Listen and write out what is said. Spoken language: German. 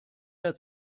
der